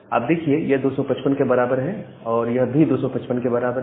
आप देखिए ये 255 के बराबर है और यह भी 255 के बराबर है